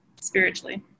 spiritually